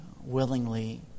willingly